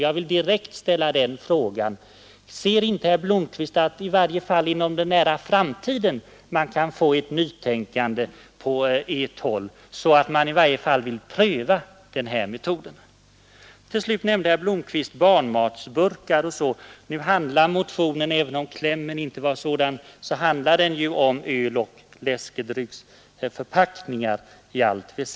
Jag vill direkt ställa frågan: Tror herr Blomkvist att man i varje fall inom en nära framtid kan få ett nytänkande på ert håll, så att ni åtminstone vill pröva den metoden? Till slut nämnde herr Blomkvist barnmatburkar och liknande. Nu handlar motionen, även om dess yrkande inte var sådant, i allt väsentligt om öloch läskedrycksförpackningar.